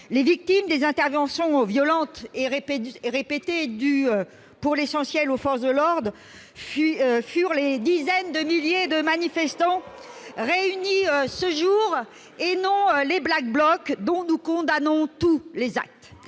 Les victimes des interventions violentes et répétées dues, pour l'essentiel, aux forces de l'ordre furent les dizaines de milliers de manifestants réunis ce jour, et non les Black Blocs, dont nous condamnons tous les actes.